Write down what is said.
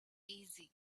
easy